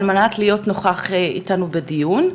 על מנת להיות נוכח איתנו בדיון.